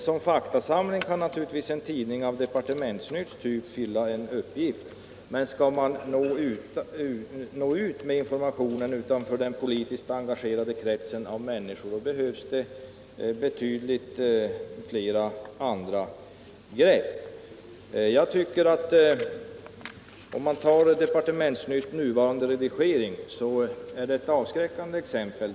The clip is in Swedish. Som faktasamling kan naturligtvis en tidning av Departementsnytts typ fylla en uppgift, men skall man nå ut med informationen utanför den politiskt engagerade kretsen av medborgare, behövs det väsentligt annorlunda grepp. Departementsnytts nuvarande redigering är enligt min mening ett avskräckande exempel.